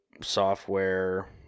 software